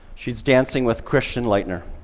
she's dancing with christian lightner.